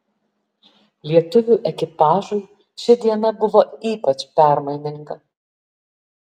lietuvių ekipažui ši diena buvo ypač permaininga